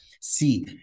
see